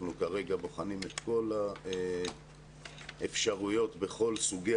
אנחנו כרגע בוחנים את כל האפשרויות בכל סוגי